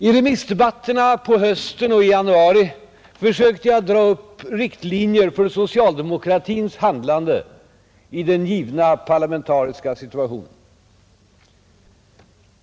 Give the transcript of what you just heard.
I remissdebatterna på hösten och i januari försökte jag dra upp riktlinjer för socialdemokratins handlande i den givna parlamentariska situationen.